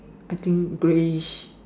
I think grayish